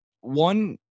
one